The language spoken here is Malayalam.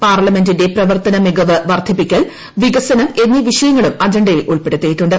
പാർലമെന്റിന്റെ പ്രവർത്തന മികവ് വർദ്ധിപ്പിക്കൽ വികസനം എന്നീ വിഷയങ്ങളും അജണ്ടയിൽ ഉൾപ്പെടുത്തിയിട്ടുണ്ട്